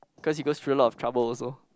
cause he goes through a lot of trouble also